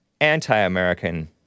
anti-American